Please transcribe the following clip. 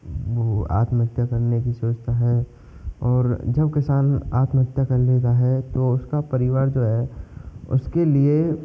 वो आत्महत्या करने की सोचता है और जो किसान आत्महत्या कर लेता है तो उसका परिवार जो है उसके लिए